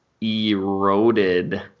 eroded